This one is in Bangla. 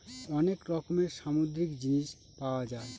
অনেক রকমের সামুদ্রিক জিনিস পাওয়া যায়